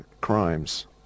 crimes